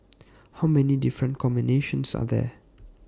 how many different combinations are there